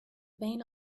vane